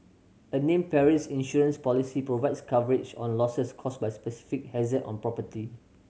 a named perils insurance policy provides coverage on losses caused by specific hazard on property